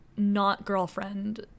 not-girlfriend